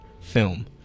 film